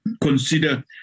consider